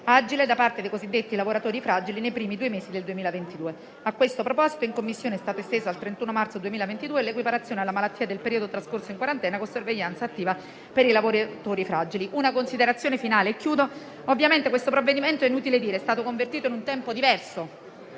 agile da parte dei cosiddetti lavoratori fragili nei primi due mesi del 2022. A questo proposito, in Commissione è stata estesa al 31 marzo 2022 l'equiparazione alla malattia del periodo trascorso in quarantena con sorveglianza attiva per i lavoratori fragili. Mi sia consentita una considerazione finale prima di concludere. Ovviamente - è inutile dirlo - il provvedimento in esame viene convertito in un tempo diverso